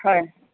হয়